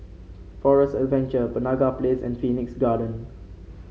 Forest Adventure Penaga Place and Phoenix Garden